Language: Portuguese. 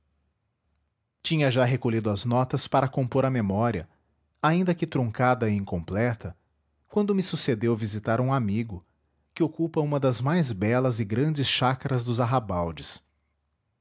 tinha já recolhido as notas para compor a memória ainda que truncada e incompleta quando me sucedeu visitar um amigo que ocupa uma das mais belas e grandes chácaras dos